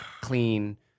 clean